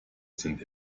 sind